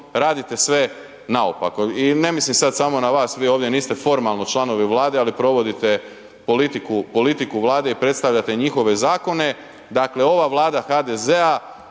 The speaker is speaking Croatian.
rade sve naopako i ne mislim sad samo na vas, vi ovdje niste formalno članovi Vlade ali provodite politiku Vlade i predstavljate njihove zakone, dakle ova Vlada HDZ-a